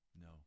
no